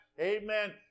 amen